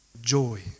joy